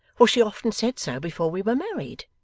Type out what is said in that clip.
for she often said so before we were married.